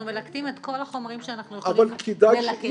אנחנו מלקטים את כל החומרים שאנחנו יכולים ללקט.